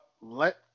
let